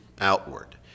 Outward